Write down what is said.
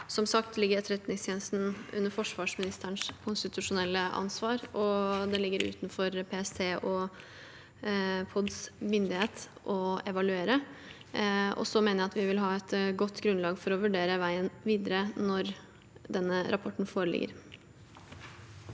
evalueringen. Etterretningstjenesten ligger som sagt under forsvarsministerens konstitusjonelle ansvar, og det ligger utenfor PSTs og PODs myndighet å evaluere. Jeg mener vi kommer til å ha et godt grunnlag for å vurdere veien videre når denne rapporten foreligger.